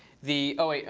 the oh, wait,